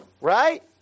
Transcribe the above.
right